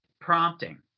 prompting